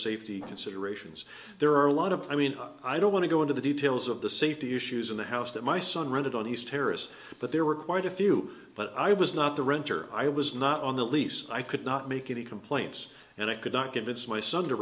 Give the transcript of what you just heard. safety considerations there are a lot of i mean i don't want to go into the details of the safety issues in the house that my son rented on these terrorists but there were quite a few but i was not the renter i was not on the lease i could not make any complaints and i could not convince my son to